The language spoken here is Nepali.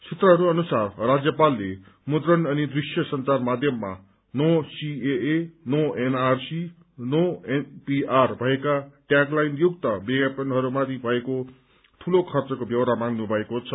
सूत्रहरू अनुसार राज्यपालले मुद्रण अनि दृश्य संचार माध्यममा no CAA no NRC no NPR भएका ट्यागलाइनयुक्त विज्ञापनहरूमाथि भएको दूलो खर्चको ब्यौरा माग्नु भएको छ